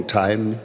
time